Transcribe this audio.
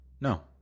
No